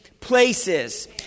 places